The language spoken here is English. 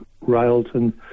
Railton